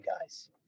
guys